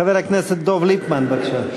חבר הכנסת דב ליפמן, בבקשה.